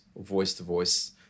voice-to-voice